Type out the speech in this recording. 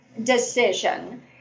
decision